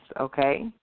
Okay